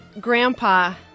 grandpa